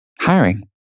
Hiring